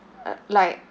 uh like